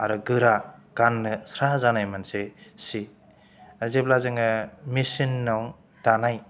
आरो गोरा गाननो स्रा जानाय मोनसे सि जेब्ला जोङो मिशिनाव दानाय